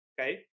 Okay